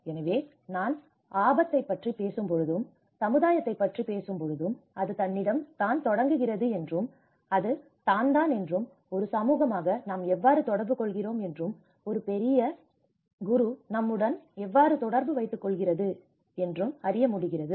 எனவே நாம் ஆபத்தைப் பற்றி பேசும்பொழுதும் சமுதாயத்தைப் பற்றி பேசும்பொழுதும் அது தன்னிடம் தான் தொடங்குகிறது என்றும் அது தான்தான் என்றும் ஒரு சமூகமாக நாம் எவ்வாறு தொடர்பு கொள்கிறோம் என்றும் ஒரு பெரிய குரு நம்முடன் எவ்வாறு தொடர்பு வைத்துக் கொள்கிறது என்றும் அறிய முடிகிறது